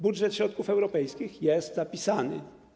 Budżet środków europejskich jest zapisany.